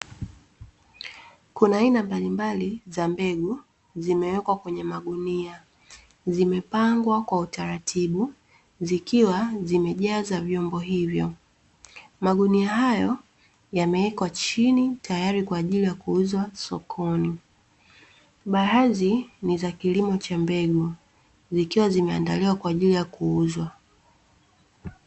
Kuna aina mbalimbali za mbegu, zimewekwa kwenye magunia, zimepangwa kwa utaratibu zikiwa zimejaza vyombo hivyo. Magunia hayo yamewekwa chini tayari kwa ajili ya kuuzwa sokoni. Baadhi ni za kilimo cha mbegu, zikiwa zimeandaliwa kwa ajili ya kuuzwa.